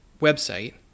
website